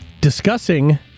discussing